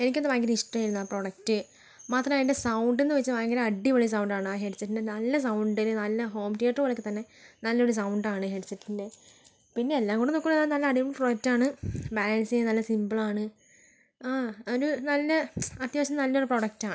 എനിക്ക് ഇത് ഭയങ്കര ഇഷ്ടം ആയിരുന്നു ആ പ്രൊഡക്റ്റ് മാത്രമല്ല അതിൻ്റെ സൗണ്ട് എന്ന് വെച്ചാൽ ഭയങ്കര അടിപൊളി സൗണ്ട് ആണ് ആ ഹെഡ്സെറ്റിന് നല്ല സൗണ്ട് നല്ല ഹോം തിയേറ്റർ പോലെയൊക്കെ തന്നെ നല്ല ഒരു സൗണ്ട് ആണ് ഹെഡ്സെറ്റിൻ്റെ പിന്നെ എല്ലാം കൊണ്ട് നോക്കുകയാണെങ്കിൽ നല്ല അടിപൊളി പ്രൊഡക്റ്റ് ആണ് ബാലൻസ് ചെയ്യാൻ നല്ല സിമ്പിൾ ആണ് ആ ഒരു നല്ല അത്യാവശ്യം നല്ലൊരു പ്രൊഡക്റ്റ് ആണ്